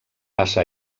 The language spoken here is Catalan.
passa